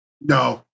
No